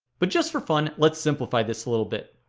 but just for fun, let's simplify this a little bit